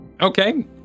Okay